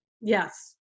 Yes